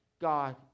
God